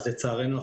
לצערנו,